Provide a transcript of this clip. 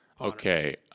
Okay